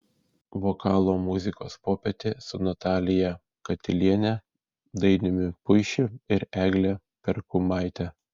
vokalo muzikos popietė su natalija katiliene dainiumi puišiu ir egle perkumaite